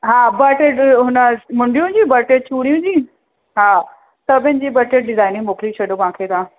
हा ॿ टे हुन मुंडियुंनि जी ॿ टे चूड़ियुंनि जी हा सभिनि जी ॿ टे डिजाइनूं मोकिले छॾियो मूंखे तव्हां